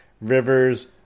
Rivers